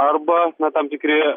arba na tam tikri